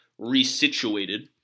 resituated